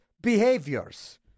behaviors